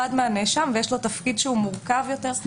נפרד מהנאשם ויש לו תפקיד שהוא מורכב יותר.